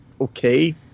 okay